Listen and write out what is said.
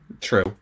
True